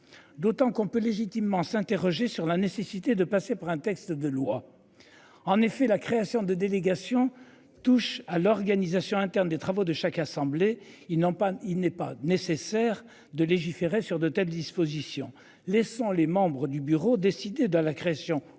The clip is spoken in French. D'autant qu'on peut légitimement s'interroger sur la nécessité de passer par un texte de loi. En effet la création de délégations touche à l'organisation interne des travaux de chaque assemblée. Ils n'ont pas il n'est pas nécessaire de légiférer sur de telles dispositions laissant les membres du bureau décidé dans la création